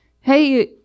hey